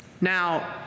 Now